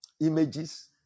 images